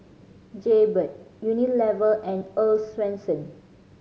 Jaybird Unilever and Earl's Swensens